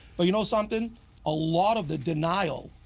but you know something a lot of the denial